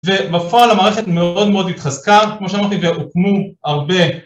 ו-בפועל המערכת מאוד מאוד התחזקה, כמו שאמרתי, והוקמו הרבה...